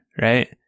right